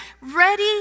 ready